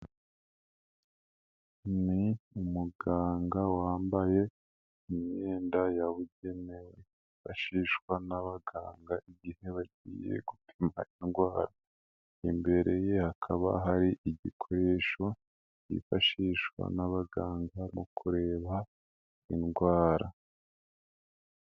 Ni umuganga wambaye imyenda yabugenewe, yifashishwa n'abaganga igihe bagiye gupima indwara, imbere ye hakaba hari igikoresho cyifashishwa n'abaganga mu kureba indwara.